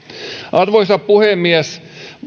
arvoisa puhemies